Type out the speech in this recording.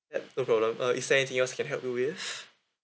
yup no problem uh is there anything else I can help you with